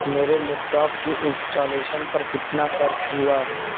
میرے laptop کی installation پر کتنا خرچ ہوا